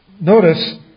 notice